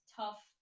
tough